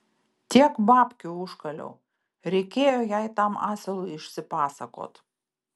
tiek babkių užkaliau reikėjo jai tam asilui išsipasakot